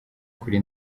kuri